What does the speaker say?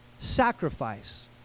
Sacrifice